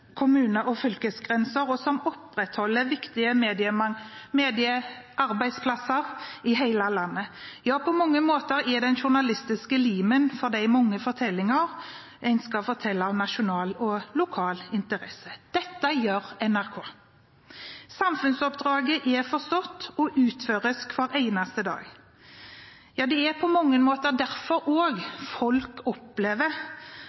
og fylkesgrenser, og som opprettholder viktige mediearbeidsplasser i hele landet. Ja, på mange måter er de det journalistiske limet for de mange fortellinger en skal fortelle, av nasjonal og lokal interesse. Dette gjør NRK. Samfunnsoppdraget er forstått og utføres hver eneste dag. Det er på mange måter også derfor